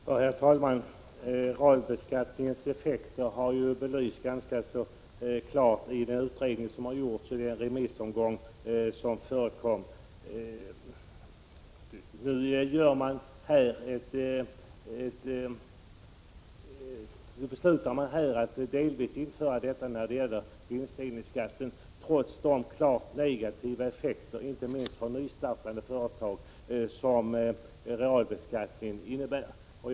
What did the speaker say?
Herr talman! Realbeskattningens effekter har ju belysts ganska så klart i den utredning som har gjorts i samband med den remissomgång som har varit. Nu ämnar man alltså besluta att införa delvis nya bestämmelser när det gäller vinstdelningsskatten — trots de klart negativa effekter, inte minst för nystartade företag, som realbeskattningen kommer att ha.